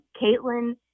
Caitlin